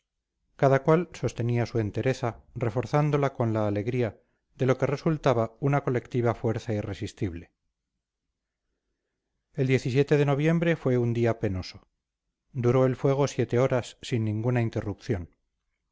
cada cual sostenía su entereza reforzándola con la alegría de lo que resultaba una colectiva fuerza irresistible el de noviembre fue un día penoso duró el fuego siete horas sin ninguna interrupción